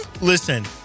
Listen